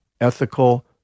ethical